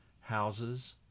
houses